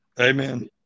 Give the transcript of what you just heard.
Amen